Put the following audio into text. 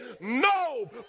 no